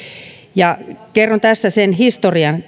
ja kerron tässä sen historian